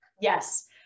Yes